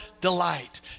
delight